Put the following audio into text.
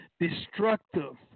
Destructive